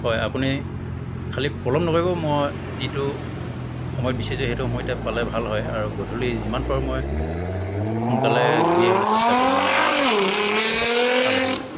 হয় আপুনি খালি পলম নকৰিব মই যিটো সময় বিচাৰিছোঁ সেইটো সময়তে পালে ভাল হয় আৰু গধূলি যিমান পাৰোঁ মই সোনকালে ঘূৰি আহিবলৈ চেষ্টা কৰিম মানে অলপ আলহী